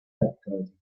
capitalism